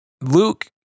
Luke